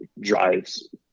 drives